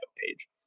page